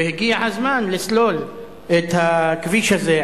והגיע הזמן לסלול את הכביש הזה,